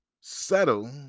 settle